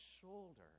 shoulder